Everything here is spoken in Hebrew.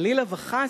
חלילה וחס,